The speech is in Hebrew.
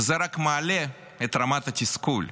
וזה רק מעלה את רמת התסכול.